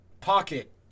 Pocket